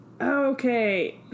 Okay